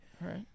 Right